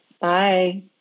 Bye